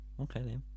okay